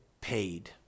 paid